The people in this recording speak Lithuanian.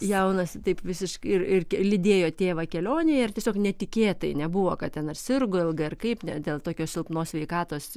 jaunas taip visišk ir ir lydėjo tėvą kelionėje ir tiesiog netikėtai nebuvo kad ten ar sirgo ilgai ar kaip ne dėl tokios silpnos sveikatos